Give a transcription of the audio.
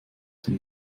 den